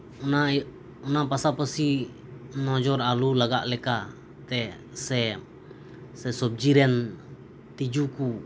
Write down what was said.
ᱚᱱᱟ ᱤᱭᱟᱹ ᱚᱱᱟ ᱯᱟᱥᱟ ᱯᱟᱥᱤ ᱱᱚᱡᱚᱨ ᱟᱞᱚ ᱞᱟᱜᱟᱜ ᱞᱮᱠᱟ ᱛᱮ ᱥᱮ ᱥᱮ ᱥᱚᱵᱽᱡᱤ ᱨᱮᱱ ᱛᱤᱡᱩ ᱠᱚ